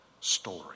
story